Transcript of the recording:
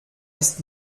ist